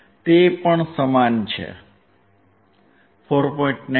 તે પણ સમાન છે 4